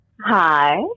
Hi